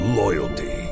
loyalty